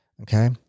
okay